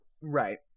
Right